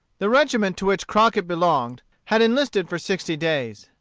the regiment to which crockett belonged had enlisted for sixty days.